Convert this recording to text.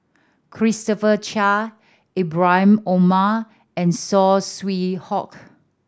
Christopher Chia Ibrahim Omar and Saw Swee Hock